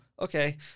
okay